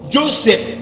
Joseph